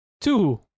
Two